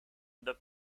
the